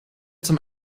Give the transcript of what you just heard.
zum